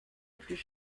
plus